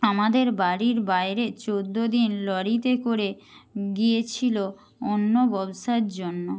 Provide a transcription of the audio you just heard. আমাদের বাড়ির বাইরে চোদ্দ দিন লরিতে করে গিয়েছিল অন্য ব্যবসার জন্য